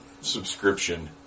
subscription